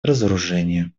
разоружения